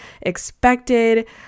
expected